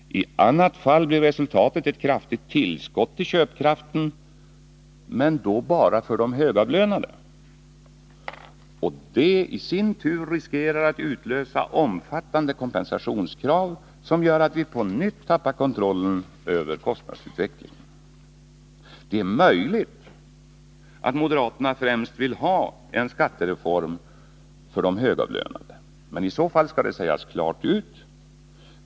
I annat fall blir resultatet ett kraftigt tillskott till köpkraften men då bara för de högavlönade. Det i sin tur riskerar att utlösa omfattande kompensationskrav som gör att vi på nytt tappar kontrollen över kostnadsutvecklingen. Det är möjligt att moderaterna främst vill ha en skattereform för de högavlönade. I så fall skall det sägas klart ut.